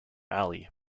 alley